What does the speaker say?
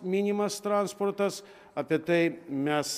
minimas transportas apie tai mes